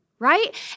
Right